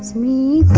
me